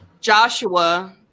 Joshua